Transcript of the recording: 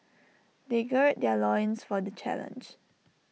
they gird their loins for the challenge